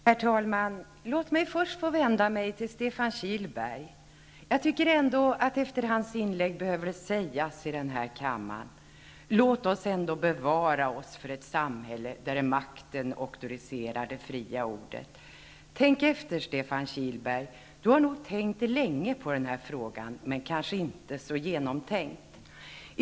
Herr talman! Låt mig först få vända mig till Stefan Kihlberg. Jag tycker att det efter hans inlägg behöver sägas i den här kammaren: Bevara oss från ett samhälle där makten auktoriserar det fria ordet! Tänk efter, Stefan Kihlberg! Stefan Kihlberg har nog tänkt länge på den här frågan, men det har kanske inte blivit så genomtänkt i alla fall.